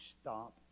stop